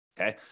Okay